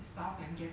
oh